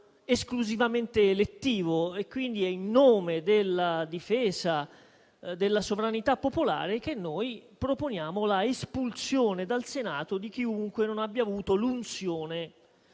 esclusivamente elettivo. Quindi è in nome della difesa della sovranità popolare che noi proponiamo l'espulsione dal Senato di chiunque non abbia avuto l'unzione